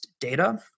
data